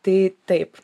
tai taip